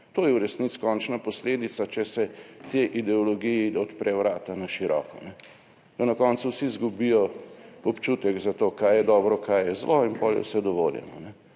To je v resnici končna posledica, če se tej ideologiji odpre vrata na široko, da na koncu vsi izgubijo občutek za to, kaj je dobro, kaj je zlo, in potem je vse dovoljeno